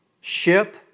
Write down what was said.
ship